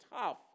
tough